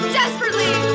desperately